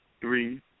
three